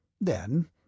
Then